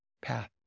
path